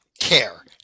care